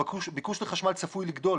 הביקוש לחשמל צפוי לגדול